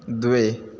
द्वे